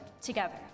together